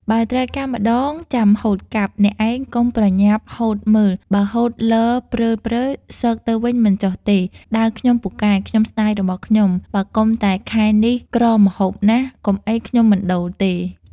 បើត្រូវការម្ដងចាំហូតកាប់ អ្នកឯងកុំ ប្រញាប់ហូតមើល បើហូតលព្រើលៗ ស៊កទៅវិញមិនចុះទេ ដាវខ្ញុំពូកែ ខ្ញុំស្ដាយរបស់ខ្ញុំ បើកុំតែខែនេះក្រម្ហូបណាស់ កុំអីខ្ញុំមិនដូរទេ។